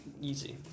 easy